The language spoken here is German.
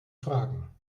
fragen